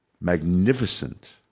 Magnificent